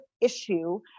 issue